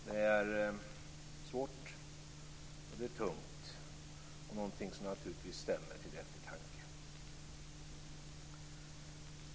Det är svårt, och det är tungt, och det är någonting som naturligtvis stämmer till eftertanke.